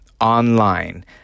online